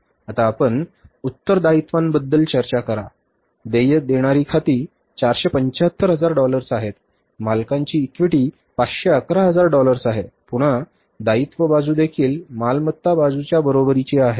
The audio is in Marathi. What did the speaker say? आता आपण उत्तरदायित्वांबद्दल चर्चा कराल देय देणारी खाती 475 हजार डॉलर्स आहेत मालकांची इक्विटी 511 हजार डॉलर्स आहे पुन्हा दायित्व बाजू देखील मालमत्ता बाजूच्या बरोबरीची आहे